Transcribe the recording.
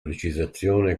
precisazione